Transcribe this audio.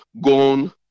gone